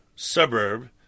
Suburb